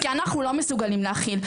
כי אנחנו לא מסוגלים להכיל.